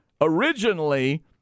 originally